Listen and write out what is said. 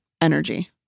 energy